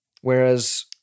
Whereas